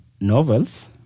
novels